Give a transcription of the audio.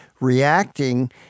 reacting